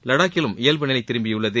லடாக்கிலும் இயல்பு நிலை திரும்பியுள்ளது